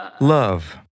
Love